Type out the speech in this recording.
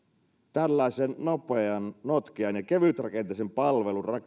tällaisen nopean notkean ja kevytrakenteisen palvelun